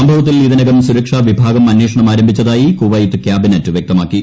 സംഭവത്തിൽ ഇതിനകം സുരക്ഷാ വിഭാഗം അന്വേഷണം ആരംഭിച്ചതായി കുവൈത്ത് കാബിനറ്റ് വ്യക്തമാക്കി